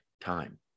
time